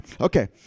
Okay